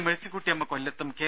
മേഴ്സിക്കുട്ടിയമ്മ കൊല്ലത്തും കെ